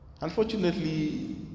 Unfortunately